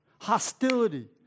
hostility